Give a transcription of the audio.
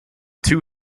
two